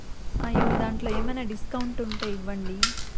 మరియు దాంట్లో ఏమైనా డిస్కౌంట్ ఉంటే ఇవ్వండి